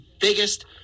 biggest